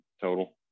total